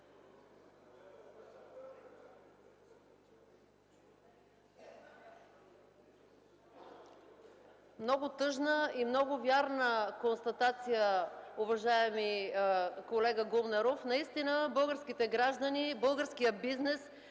Много тъжна и много вярна констатация, уважаеми колега Гумнеров! Наистина българските граждани, българският бизнес,